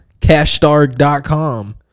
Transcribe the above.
Cashstar.com